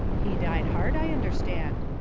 he died hard, i understand,